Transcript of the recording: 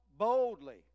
boldly